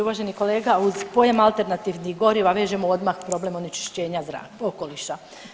Uvaženi kolega, uz pojam alternativnih goriva vežemo odmah problem onečišćenja zraka, okoliša.